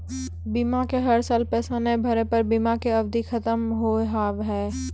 बीमा के हर साल पैसा ना भरे पर बीमा के अवधि खत्म हो हाव हाय?